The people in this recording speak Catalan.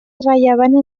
irrellevant